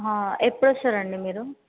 ఎప్పుడు వస్తారండి మీరు